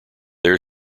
there